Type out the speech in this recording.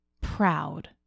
proud